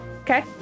Okay